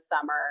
summer